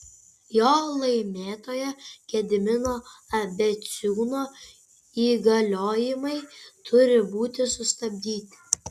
jo laimėtojo gedimino abeciūno įgaliojimai turi būti sustabdyti